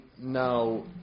now